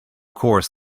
course